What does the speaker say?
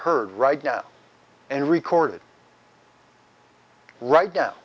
heard right now and recorded right now